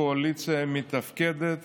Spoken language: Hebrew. הקואליציה מתפקדת